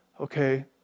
Okay